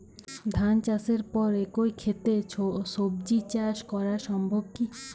ধান চাষের পর একই ক্ষেতে সবজি চাষ করা সম্ভব কি?